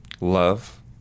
Love